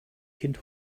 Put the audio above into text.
kind